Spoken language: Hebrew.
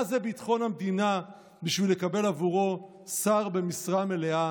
מה זה ביטחון המדינה בשביל לקבל עבורו שר במשרה מלאה?